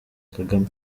kagame